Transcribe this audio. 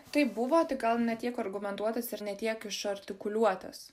tai buvo tik gal ne tiek argumentuotas ir ne tiek išartikuliuotas